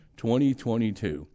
2022